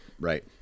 right